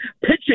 Pitching